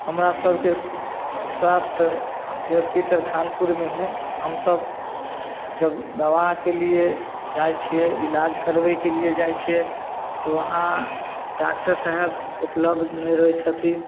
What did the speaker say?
हमरा सभके स्वास्थ्य अथी हॉस्पिटल खानपुरमे हइ हमसभ जब दवाके लिए जाइ छिए इलाज करबैके लिए जाइ छिए तऽ वहाँ डॉक्टर साहब उपलब्ध नहि रहै छथिन